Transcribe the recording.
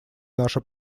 наша